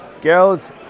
Girls